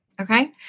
Okay